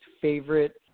favorite